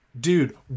dude